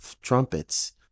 trumpets